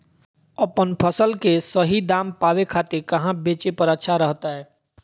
अपन फसल के सही दाम पावे खातिर कहां बेचे पर अच्छा रहतय?